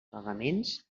pagaments